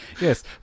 Yes